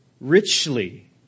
Richly